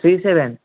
three seven